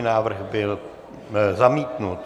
Návrh byl zamítnut.